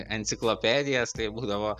enciklopedijas tai būdavo